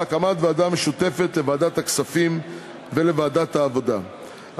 על הקמת ועדה משותפת לוועדת הכספים ולוועדת העבודה,